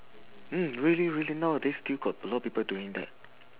mm really really nowadays still got a lot of people doing that